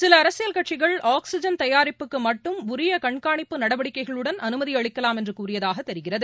சிலஅரசியல் கட்சிகள் ஆக்ஸிஜன் தயாரிப்புக்குமட்டும் உரியகண்காணிப்பு நடவடிக்கைகளுடன் அனுமதிஅளிக்கலாம் என்றுகூறியதாகதெரிகிறது